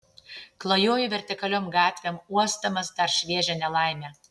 klajoju vertikaliom gatvėm uosdamas dar šviežią nelaimę